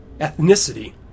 ethnicity